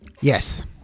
Yes